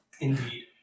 indeed